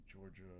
Georgia